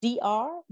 dr